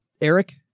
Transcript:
eric